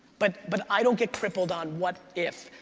but but i don't get crippled on what if.